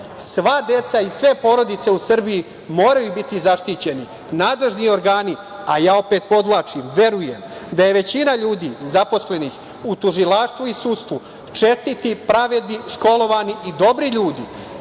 Sva deca i sve porodice u Srbiji moraju biti zaštićeni. Nadležni organi, a ja opet podvlačim - verujem da je većina ljudi zaposlenih u tužilaštvu i sudstvu čestiti, pravedni, školovani i dobri ljudi,